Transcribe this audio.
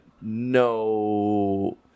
no